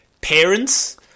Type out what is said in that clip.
parents